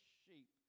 sheep